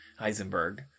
Heisenberg